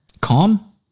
Calm